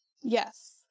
Yes